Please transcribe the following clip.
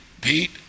Pete